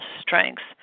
strengths